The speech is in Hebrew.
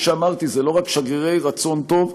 כפי שאמרתי, זה לא רק שגרירי רצון טוב,